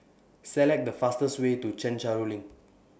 Select The fastest Way to Chencharu LINK